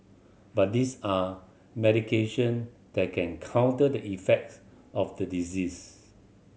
but this are medication that can counter the effects of the disease